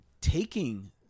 taking